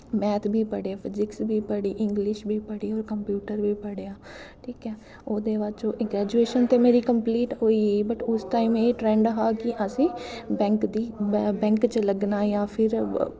math बी पढ़ेआ physics बी पढ़ी इंग्लिश बी पढ़ी होर कंप्यूटर बी पढ़ेआ ठीक ऐ ओह्दे बाद च ग्रैजुएशन ते मेरे कंप्लीट होई गेई बट उस टाइम एह् ट्रैंड हा कि असें बैंक दी बैंक च लग्गना जां फिर